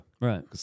right